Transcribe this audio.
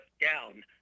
down